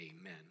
amen